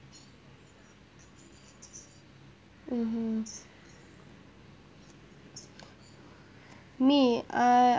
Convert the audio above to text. mmhmm me I